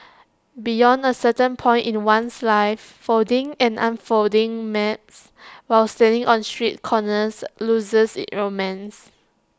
beyond A certain point in one's life folding and unfolding maps while standing on street corners loses its romance